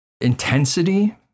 intensity